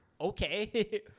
okay